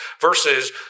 Versus